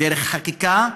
דרך חקיקה,